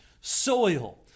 soil